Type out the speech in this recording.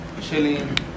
chilling